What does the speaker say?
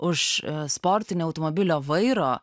už sportinio automobilio vairo